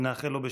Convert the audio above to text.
ונאחל לו,